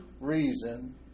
reason